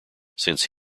since